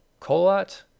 Colot